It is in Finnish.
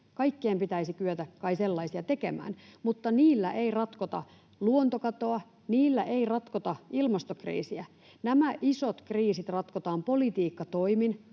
Kaikkien pitäisi kyetä kai sellaisia tekemään, mutta niillä ei ratkota luontokatoa, niillä ei ratkota ilmastokriisiä. Nämä isot kriisit ratkotaan politiikkatoimin